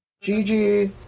Gigi